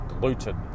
gluten